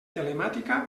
telemàtica